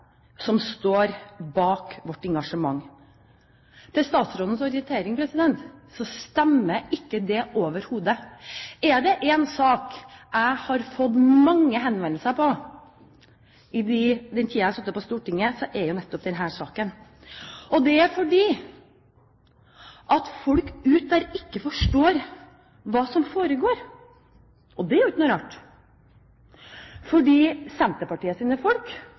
som står bak vårt engasjement. Til statsrådens orientering: Dette stemmer ikke overhodet. Er det én sak jeg har fått mange henvendelser om i den tiden jeg har sittet på Stortinget, er det nettopp denne saken. Det er fordi folk der ute ikke forstår hva som foregår. Og det er jo ikke noe rart, for Senterpartiets folk